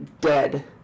dead